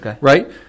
right